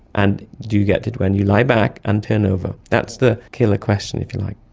and do you get it when you lie back and turn over, that's the killer question, if you like.